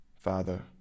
Father